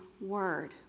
word